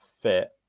fit